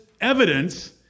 evidence